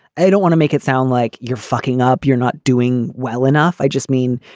i don't want to make it sound like you're fucking up. you're not doing well enough. i just mean,